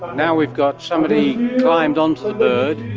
now we've got somebody climbed onto the bird,